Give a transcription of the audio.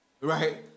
Right